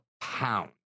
pound